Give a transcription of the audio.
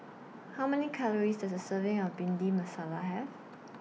How Many Calories Does A Serving of Bhindi Masala Have